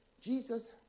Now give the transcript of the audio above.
Jesus